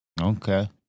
Okay